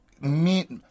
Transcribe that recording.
meet